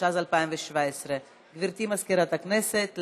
התשע"ז 2017. גברתי מזכירת הכנסת,